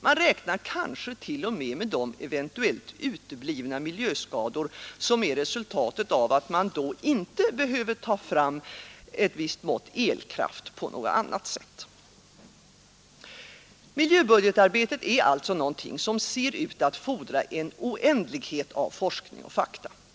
Man räknar kanske t.o.m. med de eventuellt uteblivna miljöskador som är resultatet av att elkraft då inte något som ser ut att fordra en oändlighet behöver tas fram på något annat Miljöbudgetarbetet är allts av forskning och fakta.